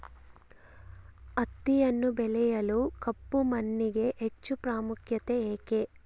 ಹತ್ತಿಯನ್ನು ಬೆಳೆಯಲು ಕಪ್ಪು ಮಣ್ಣಿಗೆ ಹೆಚ್ಚು ಪ್ರಾಮುಖ್ಯತೆ ಏಕೆ?